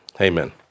Amen